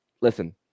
listen